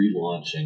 relaunching